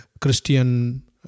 Christian